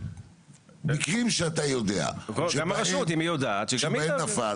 מקרים שאתה יודע שבהם נפל